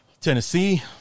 Tennessee